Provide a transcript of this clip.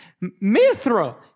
Mithra